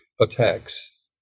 attacks